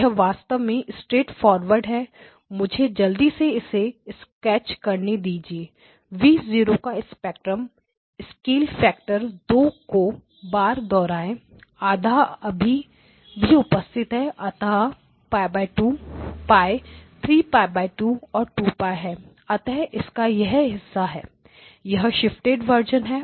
यह वास्तव में स्ट्रेट फॉरवर्ड है मुझे जल्दी से इसे स्केच करने दीजिए V 0 का स्पेक्ट्रम स्केल फैक्टर को दो बार दोहराएगा आधा अभी भी उपस्थित है अतः यह π 2 π 3 π 2 2 π है अतः इसका यह हिस्सा 12X0हैयह 12X0 शिफ्टेड वर्जन है